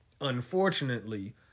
unfortunately